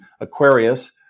Aquarius